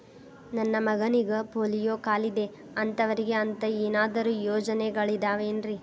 ನನ್ನ ಮಗನಿಗ ಪೋಲಿಯೋ ಕಾಲಿದೆ ಅಂತವರಿಗ ಅಂತ ಏನಾದರೂ ಯೋಜನೆಗಳಿದಾವೇನ್ರಿ?